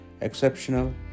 exceptional